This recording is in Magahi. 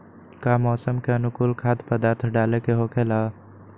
का मौसम के अनुकूल खाद्य पदार्थ डाले के होखेला?